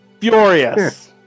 Furious